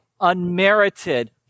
unmerited